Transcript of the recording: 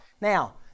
Now